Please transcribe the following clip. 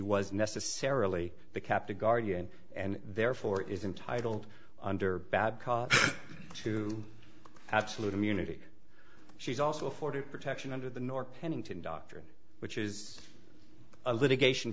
was necessarily the captive guardian and therefore is entitled under babcock to absolute immunity she's also afforded protection under the nor pennington doctrine which is a litigation